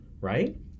right